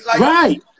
Right